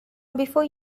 before